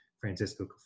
Francisco